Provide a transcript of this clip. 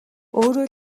өөрөө